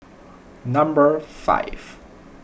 number five